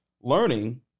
learning